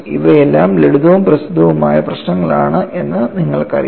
ഇവയെല്ലാം ലളിതവും പ്രസിദ്ധവുമായ പ്രശ്നങ്ങളാണ് എന്ന് നിങ്ങൾക്കറിയാം